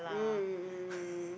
mm mm mm mm